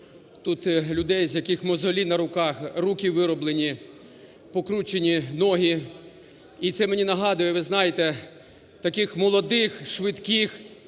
тут людей, в яких мозолі на руках, руки вироблені, покручені ноги, і це мені нагадує, ви знаєте, таких молодих швидких